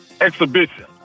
exhibition